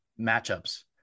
matchups